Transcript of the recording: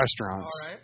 restaurants